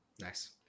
Nice